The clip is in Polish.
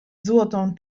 złotą